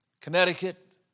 Connecticut